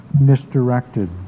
misdirected